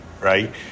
right